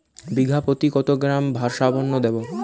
বিঘাপ্রতি কত gram Dursban দেবো?